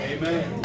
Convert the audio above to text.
Amen